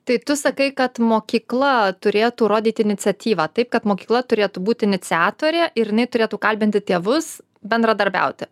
tai tu sakai kad mokykla turėtų rodyti iniciatyvą taip kad mokykla turėtų būti iniciatorė ir jinai turėtų kalbinti tėvus bendradarbiauti